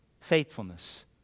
faithfulness